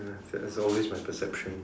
it's always my perception